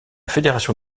fédération